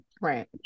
Right